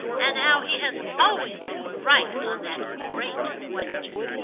and how he has always been right on that great question.